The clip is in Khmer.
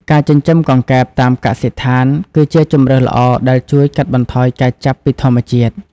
ការចិញ្ចឹមកង្កែបតាមកសិដ្ឋាន គឺជាជម្រើសល្អដែលជួយកាត់បន្ថយការចាប់ពីធម្មជាតិ។